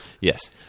Yes